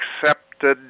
accepted